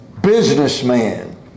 businessman